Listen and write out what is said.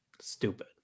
Stupid